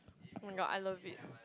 oh my god I love it